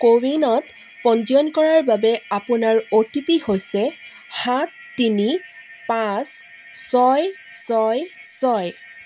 কোৱিনত পঞ্জীয়ন কৰাৰ বাবে আপোনাৰ অ' টি পি হৈছে সাত তিনি পাঁচ ছয় ছয় ছয়